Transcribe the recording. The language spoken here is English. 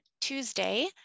Tuesday